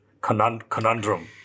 conundrum